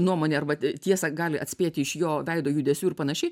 nuomonę arba tiesą gali atspėti iš jo veido judesių ir panašiai